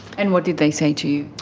and what did they say to you?